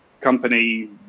company